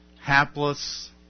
hapless